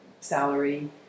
salary